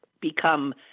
become